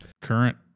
current